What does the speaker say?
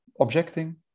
objecting